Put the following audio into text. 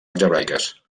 algebraiques